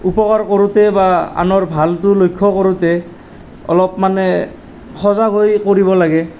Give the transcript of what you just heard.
উপকাৰ কৰোঁতে বা আনৰ ভালটো লক্ষ্য কৰোঁতে অলপ মানে সজাগ হৈ কৰিব লাগে